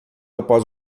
após